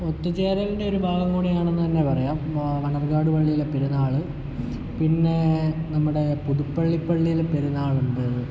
ഒത്തുചേരലിൻ്റെ ഒരു ഭാഗം കൂടിയാണെന്ന് തന്നെ പറയാം മണ്ണാർക്കാട് പള്ളിയിലെ പെരുന്നാൾ പിന്നെ നമ്മുടെ പുതുപ്പള്ളി പള്ളിയിലെ പെരുന്നാളുണ്ട്